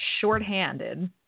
shorthanded